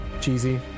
cheesy